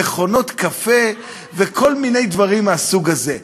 מכונות קפה וכל מיני דברים מהסוג הזה.